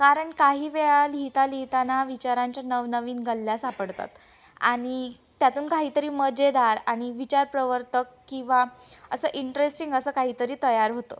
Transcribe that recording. कारण काही वेळा लिहिता लिहिताना विचारांच्या नवनवीन गल्ल्या सापडतात आणि त्यातून काहीतरी मजेदार आणि विचार प्रवर्तक किंवा असं इंटरेस्टिंग असं काहीतरी तयार होतं